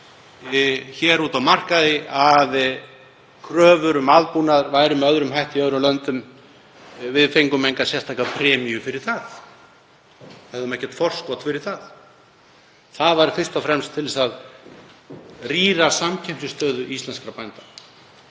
máli hér á markaði að kröfur um aðbúnað væru með öðrum hætti í öðrum löndum. Við fengum enga sérstaka premíu fyrir það, höfðum ekkert forskot vegna þess. Þetta var fyrst og fremst til þess að rýra samkeppnisstöðu íslenskra bænda.